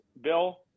bill